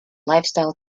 lifestyle